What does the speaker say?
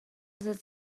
atat